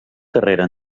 carrera